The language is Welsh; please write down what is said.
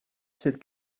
sydd